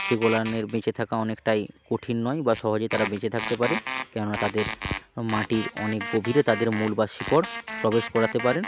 সেগুলানের বেঁচে থাকা অনেকটাই কঠিন নয় বা সহজেই তারা বেঁচে থাকতে পারে কেননা তাদের মাটির অনেক গভীরে তাদের মূল বা শিকড় প্রবেশ করাতে পারে